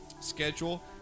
schedule